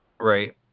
Right